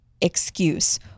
excuse